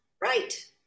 right